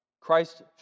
Christ